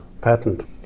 patent